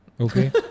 Okay